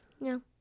No